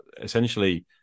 essentially